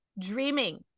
dreaming